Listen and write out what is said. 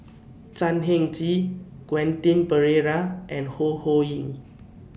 Chan Heng Chee Quentin Pereira and Ho Ho Ying